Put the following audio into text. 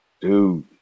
dude